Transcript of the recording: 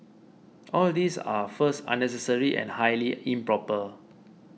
all these are first unnecessary and highly improper